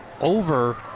over